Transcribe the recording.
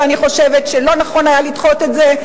אני חושבת שלא נכון היה לדחות את זה.